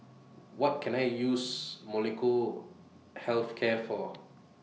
What Can I use Molnylcke Health Care For